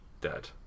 dead